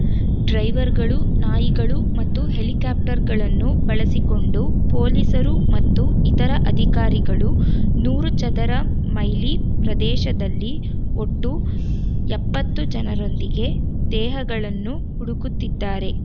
ಡ್ರೈವರ್ಗಳು ನಾಯಿಗಳು ಮತ್ತು ಹೆಲಿಕ್ಯಾಪ್ಟರ್ಗಳನ್ನು ಬಳಸಿಕೊಂಡು ಪೊಲೀಸರು ಮತ್ತು ಇತರ ಅಧಿಕಾರಿಗಳು ನೂರು ಚದರ ಮೈಲಿ ಪ್ರದೇಶದಲ್ಲಿ ಒಟ್ಟು ಎಪ್ಪತ್ತು ಜನರೊಂದಿಗೆ ದೇಹಗಳನ್ನು ಹುಡುಕುತ್ತಿದ್ದಾರೆ